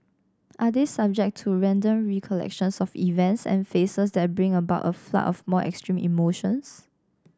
are they subject to random recollections of events and faces that bring about a flood of more extreme emotions